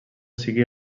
sigui